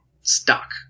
stuck